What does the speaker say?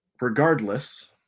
regardless